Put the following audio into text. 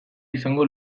izango